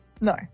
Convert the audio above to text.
no